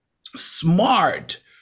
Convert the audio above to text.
smart